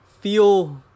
feel